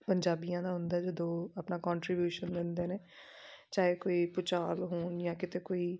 ਪੰਜਾਬੀਆਂ ਦਾ ਹੁੰਦਾ ਜਦੋਂ ਆਪਣਾ ਕੋਂਟਰੀਬਿਊਸ਼ਨ ਦਿੰਦੇ ਨੇ ਚਾਹੇ ਕੋਈ ਭੂਚਾਲ ਹੋਣ ਜਾ ਕਿਤੇ ਕੋਈ